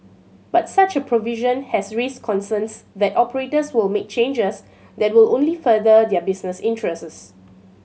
but such a provision has raised concerns that operators will make changes that will only further their business interests